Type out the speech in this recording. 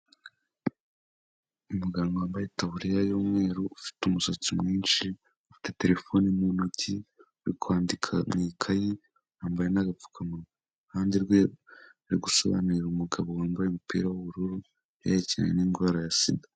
Umuganga wambaye itaburiya y'umweru, ufite umusatsi mwinshi, afite terefone mu ntoki yo kwandika n'ikaye yambaye n'agapfukamuhande rwe, aragusobanurira umugabo wambaye umupira w'ubururu hehekinwe n'indwara ya sida.